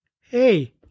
Hey